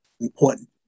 important